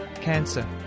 Cancer